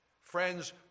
Friends